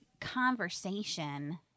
conversation